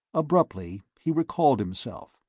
abruptly, he recalled himself,